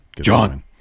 John